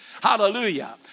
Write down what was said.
Hallelujah